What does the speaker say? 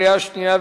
התש"ע 2010,